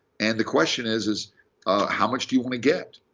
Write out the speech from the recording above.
and the question is, is how much do you want to get?